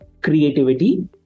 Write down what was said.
creativity